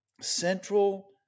central